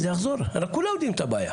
הרי כולם יודעים את הבעיה.